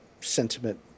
sentiment